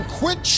quit